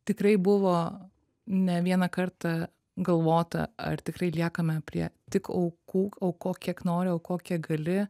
tikrai buvo ne vieną kartą galvota ar tikrai liekame prie tik aukų aukok kiek nori aukok kiek gali